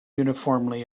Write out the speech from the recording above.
uniformly